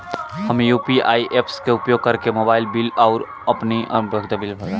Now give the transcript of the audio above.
हम UPI apps के उपयोग करके मोबाइल बिल आउर अन्य उपयोगिता बिलन के भुगतान कर सकत बानी